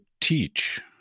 teach